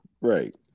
Right